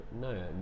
No